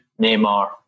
Neymar